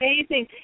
amazing